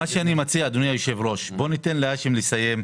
שניתן להאשם לסיים.